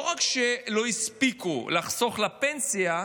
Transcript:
לא רק שלא הספיקו לחסוך לפנסיה,